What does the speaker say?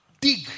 dig